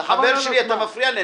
עמי, אתה חבר שלי, אתה מפריע לי.